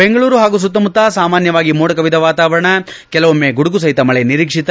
ಬೆಂಗಳೂರು ಹಾಗೂ ಸುತ್ತಮುತ್ತ ಸಾಮಾನ್ಥವಾಗಿ ಮೋಡಕವಿದ ವಾತಾವರಣ ಕೆಲವೊಮ್ಮೆ ಗುಡುಗು ಸಹಿತ ಮಳೆ ನಿರೀಕ್ಷಿತ